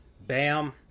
Bam